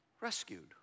Rescued